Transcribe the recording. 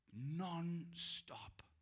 non-stop